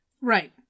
Right